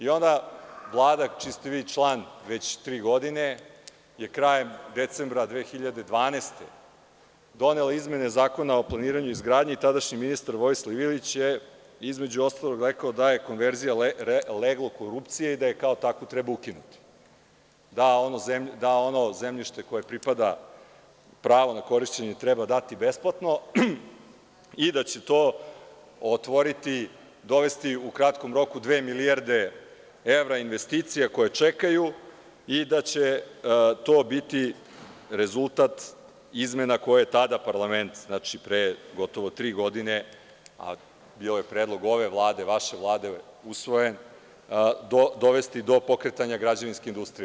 Onda je Vlada, čiji ste vi član već tri godine, krajem decembra 2012. godine donela izmene Zakona o planiranju i izgradnji i tadašnji ministar Vojislav Ilić je između ostalog rekao da je konverzija leglo korupcije i da je kao takvu treba ukinuti, da ono zemljište koje pripada, pravo na korišćenje treba dati besplatno i da će to otvoriti, dovesti u kratkom roku dve milijarde evra investicija koje čekaju i da će to biti rezultat izmena koje je tada parlament, znači, pre gotovo tri godine, a bio je predlog ove Vlade, vaše Vlade, usvojen, dovesti do pokretanja građevinske industrije.